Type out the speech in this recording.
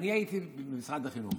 אני הייתי במשרד החינוך